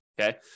okay